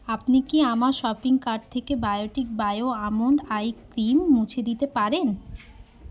আপনি কি আমার শপিং কার্ট থেকে Biotique bio almond eye cream মুছে দিতে পারেন